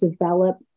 develop